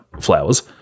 flowers